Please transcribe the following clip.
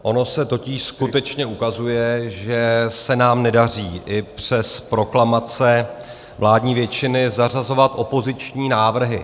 Ono se totiž skutečně ukazuje, že se nám nedaří, i přes proklamace vládní většiny, zařazovat opoziční návrhy.